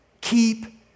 Keep